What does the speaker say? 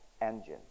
engine